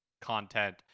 content